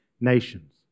nations